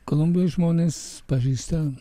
kolumbijoj žmones pažįsta